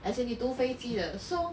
as in need 读飞机的 so